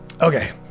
Okay